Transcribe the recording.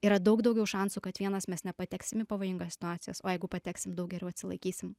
yra daug daugiau šansų kad vienas mes nepateksim į pavojingas situacijas o jeigu pateksim daug geriau atsilaikysim